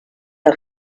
are